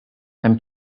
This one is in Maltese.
hemm